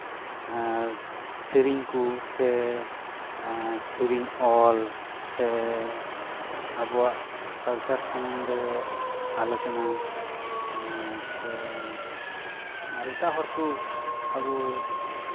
ᱥᱮᱨᱮᱧ ᱠᱚ ᱥᱮ ᱥᱮᱨᱮᱧ ᱚᱞ ᱥᱮ ᱟᱵᱚᱣᱟᱜ ᱠᱟᱞᱪᱟᱨ ᱥᱚᱢᱚᱱᱫᱷᱮ ᱟᱞᱳᱪᱚᱱᱟ ᱥᱮ ᱮᱴᱟᱜ ᱦᱚᱲ ᱠᱚ ᱟᱵᱚ